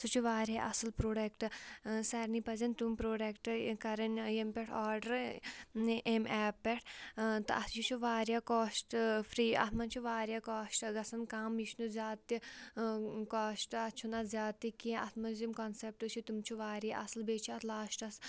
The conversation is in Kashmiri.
سُہ چھُ واریاہ اَصٕل پروڈَکٹ سارنٕے پَزٮ۪ن تِم پروڈَکٹ کَرٕنۍ ییٚمہِ پٮ۪ٹھٕ آرڈَر امہِ ایپ پٮ۪ٹھ تہٕ اَتھ یہِ چھُ واریاہ کاسٹ فرٛی اَتھ منٛز چھِ واریاہ کاسٹ گژھن کَم یہِ چھُنہٕ زیادٕ تہِ کاسٹ اَتھ چھُنہٕ اَتھ زیادٕ تہِ کینٛہہ اَتھ منٛز یِم کَنسیٚپٹہٕ چھِ تم چھِ واریاہ اَصٕل بیٚیہِ چھِ اَتھ لاسٹَس